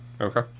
Okay